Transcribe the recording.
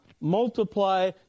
multiply